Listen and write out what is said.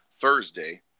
Thursday